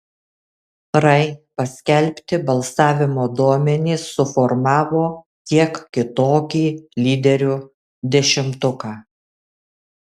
rai paskelbti balsavimo duomenys suformavo kiek kitokį lyderių dešimtuką